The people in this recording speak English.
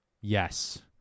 Yes